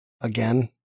again